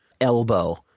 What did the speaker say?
elbow